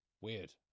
weird